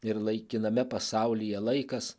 ir laikiname pasaulyje laikas